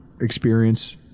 experience